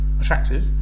attractive